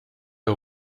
der